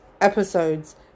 episodes